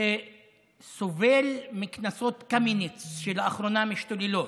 שסובל מקנסות קמיניץ שמשתוללים לאחרונה,